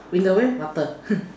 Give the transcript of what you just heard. in the where water